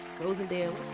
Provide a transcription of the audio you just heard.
Rosendale